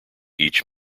each